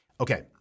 Okay